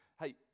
hey